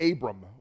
Abram